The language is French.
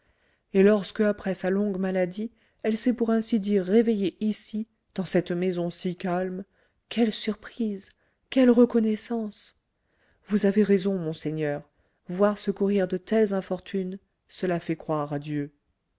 et lorsque après sa longue maladie elle s'est pour ainsi dire réveillée ici dans cette maison si calme quelle surprise quelle reconnaissance vous avez raison monseigneur voir secourir de telles infortunes cela fait croire à dieu